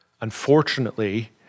Unfortunately